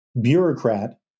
bureaucrat